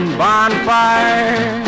bonfire